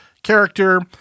character